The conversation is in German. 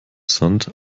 sand